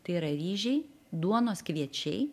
tai yra ryžiai duonos kviečiai